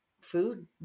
food